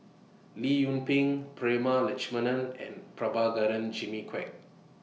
Lee Yung Ping Prema Letchumanan and Prabhakara Jimmy Quek